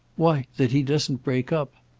why that he doesn't break up.